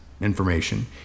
information